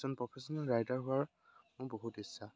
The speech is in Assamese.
এজন প্ৰফেচনেল ৰাইডাৰ হোৱাৰ মোৰ বহুত ইচ্ছা